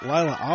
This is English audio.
Lila